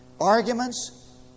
Arguments